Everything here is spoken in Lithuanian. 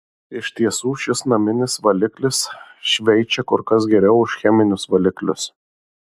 iš tiesų šis naminis valiklis šveičia kur kas geriau už cheminius valiklius